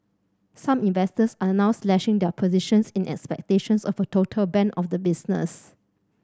some investors are now slashing their positions in expectations of a total ban of the business